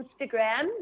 instagram